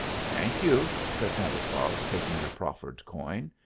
thank you, said santa claus, taking the proffered coin.